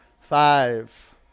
Five